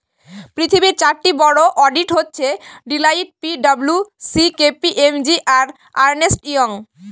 পৃথিবীর চারটি বড়ো অডিট হচ্ছে Deloitte P W C K P M G আর আর্নেস্ট ইয়ং